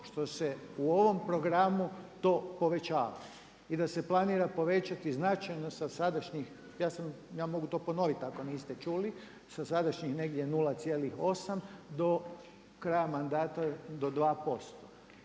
što se u ovom programu to povećava. I da se planira povećati značajno sa sadašnjih, ja sam, ja mogu to ponoviti ako nite čuli sa sadašnjih negdje 0,8 do kraja mandata do 2%.